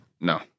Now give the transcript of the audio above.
No